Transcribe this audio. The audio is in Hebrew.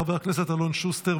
חבר הכנסת אלון שוסטר,